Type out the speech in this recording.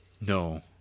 No